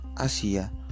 Asia